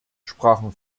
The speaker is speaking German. sprachen